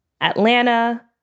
Atlanta